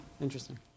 Interesting